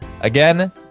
again